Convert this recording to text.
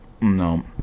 No